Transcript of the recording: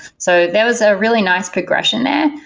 so that was a really nice progression there,